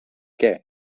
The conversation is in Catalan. què